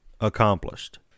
accomplished